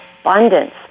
abundance